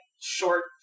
short